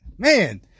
man